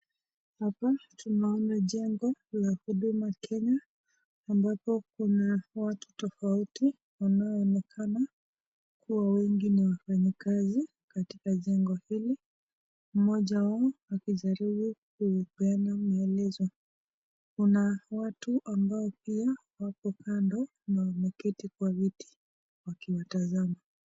Hapa tunaona jembe ya huduma Kenya ambapo kuna watu tafauti wanaonekana kuwa wengi ni wafanyi kazi katika jengo hili moja wao akijaribu kupeana maelezo Kuna watu ambao poa wako kando na wameketi kwa viti wakiwatasama.